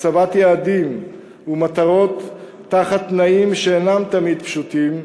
הצבת יעדים ומטרות בתנאים שאינם תמיד פשוטים,